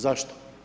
Zašto?